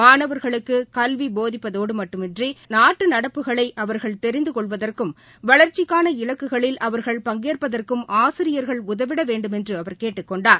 மாணவா்களுக்கு கல்வி போதிப்பதோடு மட்டுமன்றி நாட்டு நடப்புகளை அவா்கள் தெிந்து கொள்வதற்கும் வளர்ச்சிக்கான இலக்குகளில் அவர்கள் பங்கேற்பதற்கும் ஆசிரியர்கள் உதவிட வேண்டுமென்று அவர் கேட்டுக் கொண்டார்